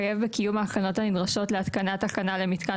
מחייב בקיום ההכנות הנדרשות להתקנת תחנה למתקן